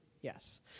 yes